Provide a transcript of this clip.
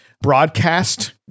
broadcast